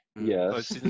Yes